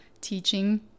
teaching